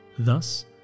Thus